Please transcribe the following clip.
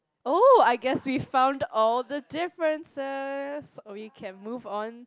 oh I guess we've found all the differences we can move on